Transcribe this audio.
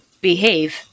behave